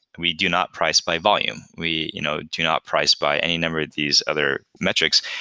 we do not price by volume. we you know do not price by any number of these other metrics.